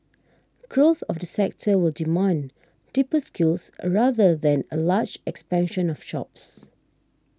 growth of the sector will demand deeper skills rather than a large expansion of jobs